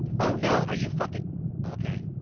oh, no, are you fucking okay.